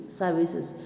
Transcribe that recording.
services